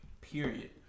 period